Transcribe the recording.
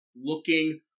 looking